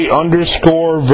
underscore